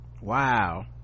wow